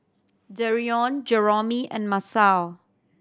Dereon Jeromy and Masao